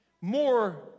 more